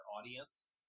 audience